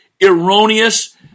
erroneous